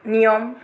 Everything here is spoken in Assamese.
নিয়ম